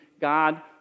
God